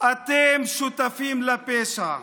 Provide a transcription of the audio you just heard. אתם שותפים לפשע.